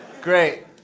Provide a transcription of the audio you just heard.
Great